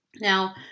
Now